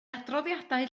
adroddiadau